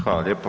Hvala lijepa.